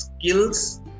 skills